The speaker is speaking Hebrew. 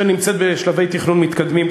שנמצאת בשלבי תכנון מתקדמים,